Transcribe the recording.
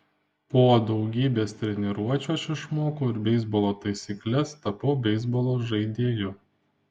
po daugybės treniruočių aš išmokau ir beisbolo taisykles tapau beisbolo žaidėju